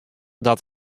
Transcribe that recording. dat